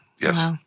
Yes